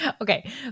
Okay